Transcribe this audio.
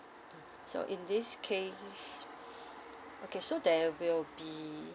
so in this case okay so there will be